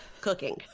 cooking